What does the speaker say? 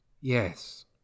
Yes